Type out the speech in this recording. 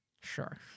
Sure